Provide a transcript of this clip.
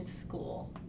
school